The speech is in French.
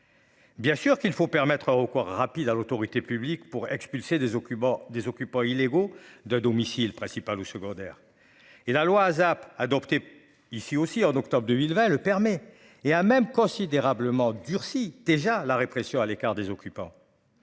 Bien sûr qu'il faut permettre aux coureurs rapide à l'autorité publique pour expulser des occupants des occupants illégaux de domicile principal ou secondaire et la loi ASAP adopté ici aussi en octobre 2020 le permet et a même considérablement durci déjà la répression à l'écart des occupants.